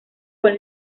con